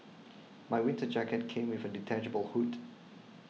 my winter jacket came with a detachable hood